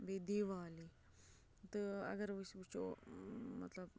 بیٚیہِ دیوالی تہٕ اگر أسۍ وٕچھو مطلب